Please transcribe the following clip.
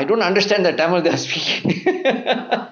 I don't understand the tamil they are speaking